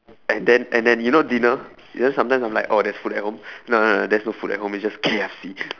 and then and then you know dinner you know sometimes I'm like oh there's food at home no no there's no food at home it's just K_F_C